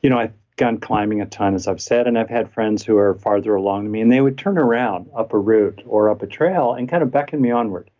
you know i've gone climbing a ton as i've said, and i've had friends who are farther along me and they would turn around up a route or up a trail and kind of beckoned me onward.